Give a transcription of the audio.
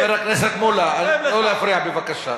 חבר הכנסת מולה, לא להפריע בבקשה.